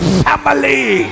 family